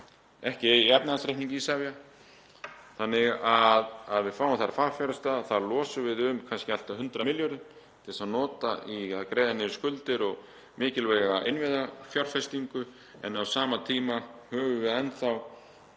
ekki í efnahagsreikningi Isavia, þannig að við fáum þar fagfjárfesta. Þá losum við um kannski allt að 100 milljarða til að nota í að greiða niður skuldir og mikilvæga innviðafjárfestingu en á sama tíma höfum við enn þá